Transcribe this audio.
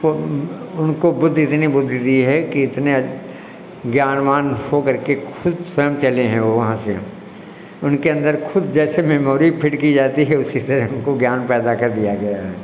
वह उनको बुद्धि इतनी बुद्धि दी है कि इतने ज्ञानवान हो करके खुद स्वयं चले हैं वह वहाँ से उनके अंदर खुद जैसे मेमोरी फिट की जाती है उसी तरह उनको ज्ञान पैदा कर दिया गया है